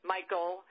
Michael